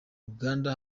ruganda